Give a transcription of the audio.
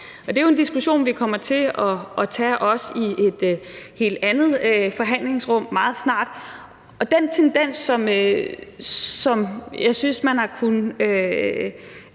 det er jo en diskussion, vi også kommer til at tage i et andet forhandlingsrum meget snart. Og den tendens, som jeg synes man har kunnet